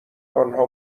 آنها